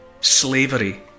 slavery